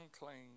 unclean